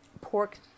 pork